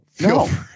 No